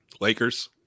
Lakers